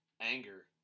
anger